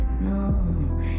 no